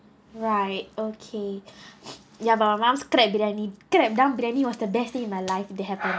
right okay ya but my mum's crab biryani crab dum briyani was the best in my life that happen